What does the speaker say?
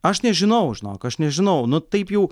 aš nežinau žinok aš nežinau nu taip jau